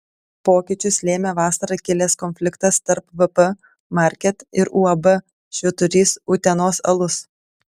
pokyčius lėmė vasarą kilęs konfliktas tarp vp market ir uab švyturys utenos alus